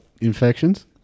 infections